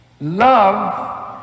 love